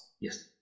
Yes